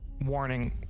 Warning